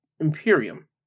Imperium